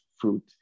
fruit